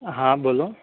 હા બોલો